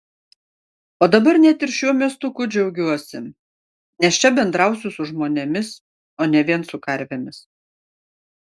o dabar net ir šiuo miestuku džiaugiuosi nes čia bendrausiu su žmonėmis o ne vien su karvėmis